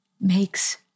makes